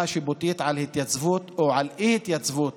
השיפוטית על התייצבות או על אי-התייצבות